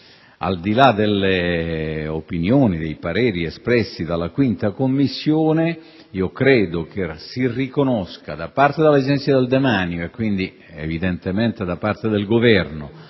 Al di là delle opinioni e dei pareri espressi dalla 5a Commissione permanente, credo che si riconosca da parte dell'Agenzia del demanio e, quindi, evidentemente da parte del Governo,